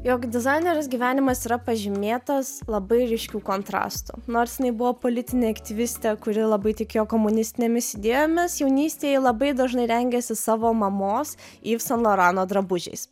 jog dizainerės gyvenimas yra pažymėtas labai ryškių kontrastų nors nebuvo politinė aktyvistė kuri labai tikėjo komunistinėmis idėjomis jaunystėje labai dažnai rengėsi savo mamos yv san lorano drabužiais